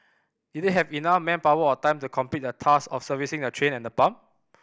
did they have enough manpower or time to complete the task of servicing the train and the pump